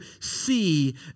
see